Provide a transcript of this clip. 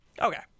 Okay